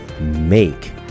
make